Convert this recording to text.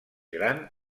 gran